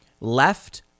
left